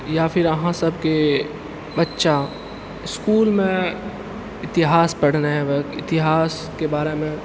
या फिर अहाँसभके बच्चा इस्कुलमे इतिहास पढ़ने हेबै इतिहासके बारेमे